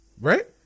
right